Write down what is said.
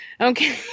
Okay